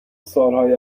سالهای